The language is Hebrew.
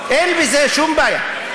אין בזה שום בעיה.